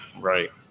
right